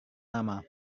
nama